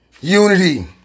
unity